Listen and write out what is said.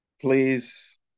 please